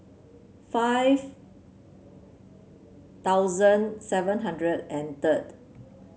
five thousand seven hundred and third